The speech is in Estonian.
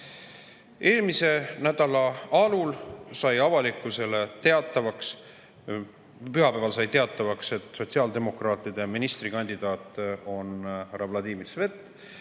nädala alul sai avalikkusele teatavaks, pühapäeval sai teatavaks, et sotsiaaldemokraatide ministrikandidaat on härra Vladimir Svet.